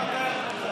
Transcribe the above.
ממתי עד מתי?